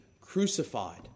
crucified